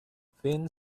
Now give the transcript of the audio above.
thin